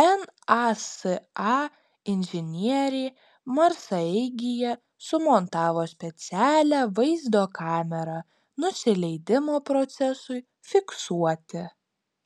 nasa inžinieriai marsaeigyje sumontavo specialią vaizdo kamerą nusileidimo procesui fiksuoti